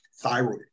thyroid